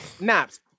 Naps